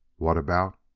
what about